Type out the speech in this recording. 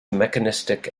mechanistic